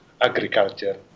agriculture